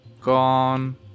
gone